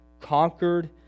conquered